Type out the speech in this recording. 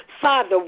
Father